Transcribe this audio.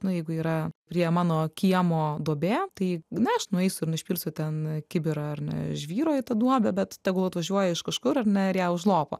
na jeigu yra prie mano kiemo duobė tai na aš nueisiu na išpilsiu ten kibirą ar ne žvyro į tą duobę bet tegul atvažiuoja iš kažkur ar ne ir ją užlopo